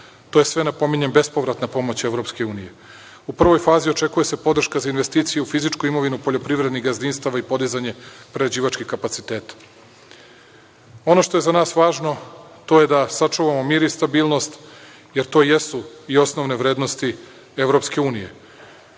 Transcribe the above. To sve spominjem, bespovratna pomoć Evropske unije. U prvoj fazi očekuje se podrška za investicije u fizičku imovinu poljoprivrednih gazdinstava i podizanje prerađivačkih kapaciteta. Ono što je za nas važno to je da sačuvamo mir i stabilnost, jer to i jesu osnovne vrednosti Evropske unije.